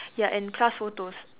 ya and class photos